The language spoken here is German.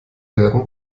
werden